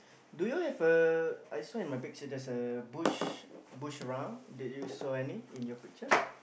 do you have a I saw in my picture there's a bush bush around did you saw any in your picture